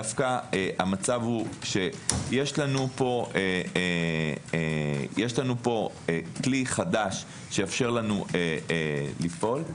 המצב הוא שיש לנו פה כלי חדש, שיאפשר לנו לפעול.